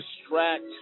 distract